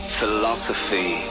philosophy